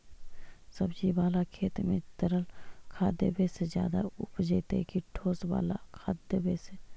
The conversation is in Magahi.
सब्जी बाला खेत में तरल खाद देवे से ज्यादा उपजतै कि ठोस वाला खाद देवे से?